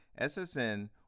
SSN